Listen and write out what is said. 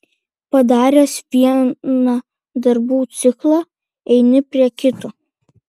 padaręs vieną darbų ciklą eini prie kito